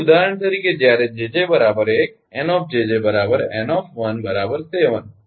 તેથી ઉદાહરણ તરીકે જ્યારે 𝑗𝑗 1 𝑁 𝑗𝑗 𝑁 7